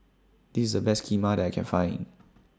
This IS The Best Kheema that I Can Find